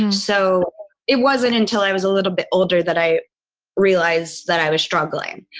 and so it wasn't until i was a little bit older that i realized that i was struggling.